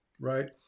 right